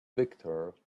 victor